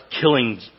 killing